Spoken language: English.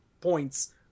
points